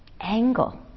angle